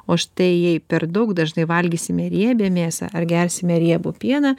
o štai jei per daug dažnai valgysime riebią mėsą ar gersime riebų pieną